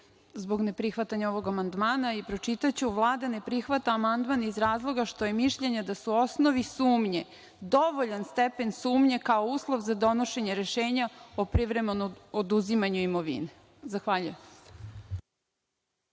zbog neprihvatanja ovog amandmana i pročitaću – Vlada ne prihvata amandman iz razloga što je mišljenje da su osnovi sumnje dovoljan stepen sumnje kao uslov za donošenje rešenja o privremenom oduzimanju imovine. Zahvaljujem.